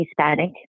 Hispanic